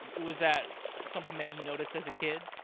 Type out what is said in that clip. was that something that you noticed as a kid?